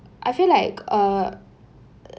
I feel like uh